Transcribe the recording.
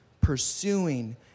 pursuing